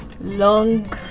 long